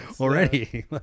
already